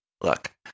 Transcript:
look